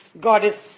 Goddess